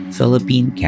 Philippine